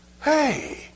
Hey